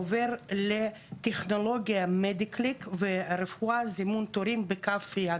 עובר לטכנולוגיה MEDICLICK ורפואת זימון תורים בכף היד.